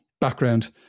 background